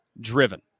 driven